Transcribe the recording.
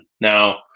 Now